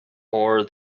more